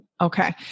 Okay